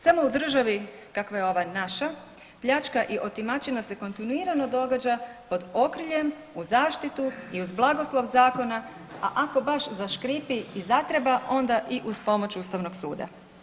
Samo u državi kakva je ova naša, pljačka i otimačina se kontinuirano događa pod okriljem, uz zaštitu i uz blagoslov zakona, a ako baš zaškripi i zatreba onda i uz pomoć Ustavnog suda.